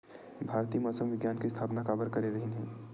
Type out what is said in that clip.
भारती मौसम विज्ञान के स्थापना काबर करे रहीन है?